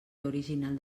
original